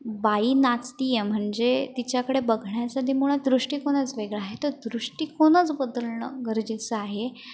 बाई नाचती आहे म्हणजे तिच्याकडे बघण्याचं जे मुळात दृष्टिकोनच वेगळं आहे ते दृष्टिकोनच बदलणं गरजेचं आहे